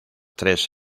tres